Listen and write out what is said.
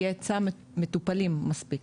יהיה היצע מטופלים מספיק.